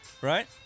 right